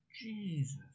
Jesus